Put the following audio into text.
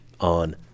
on